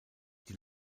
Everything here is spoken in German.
die